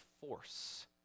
force